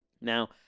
Now